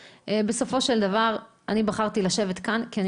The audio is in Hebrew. בסופו של דבר אני בחרתי לשבת כאן כי אני